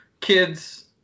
kids